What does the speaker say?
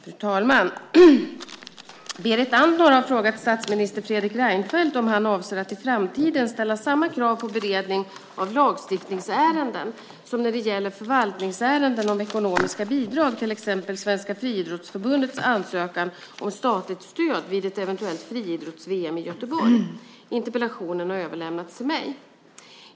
Fru talman! Berit Andnor har frågat statsminister Fredrik Reinfeldt om han avser att i framtiden ställa samma krav på beredning av lagstiftningsärenden som när det gäller förvaltningsärenden om ekonomiska bidrag, till exempel Svenska Friidrottsförbundets ansökan om statligt stöd vid ett eventuellt friidrotts-VM i Göteborg. Interpellationen har överlämnats till mig.